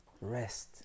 rest